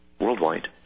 worldwide